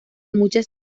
muchas